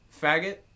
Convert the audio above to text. Faggot